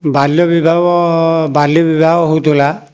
ବାଲ୍ୟ ବିବାହ ବାଲ୍ୟ ବିବାହ ହେଉଥିଲା